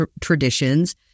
traditions